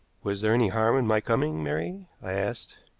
was there any harm in my coming, mary? i asked.